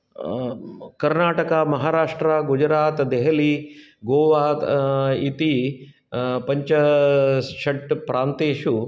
कर्नाटकमहाराष्ट्रगुजरात् देहलि गोवा इति पञ्च षड् प्रान्तेषु